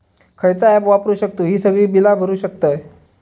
खयचा ऍप वापरू शकतू ही सगळी बीला भरु शकतय?